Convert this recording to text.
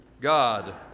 God